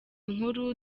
nkuru